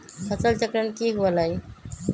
फसल चक्रण की हुआ लाई?